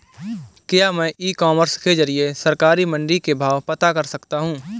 क्या मैं e commerce के ज़रिए सरकारी मंडी के भाव पता कर सकता हूँ?